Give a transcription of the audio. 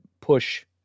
push